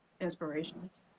inspirations